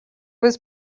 was